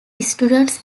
students